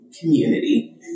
community